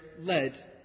led